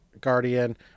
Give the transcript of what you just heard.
Guardian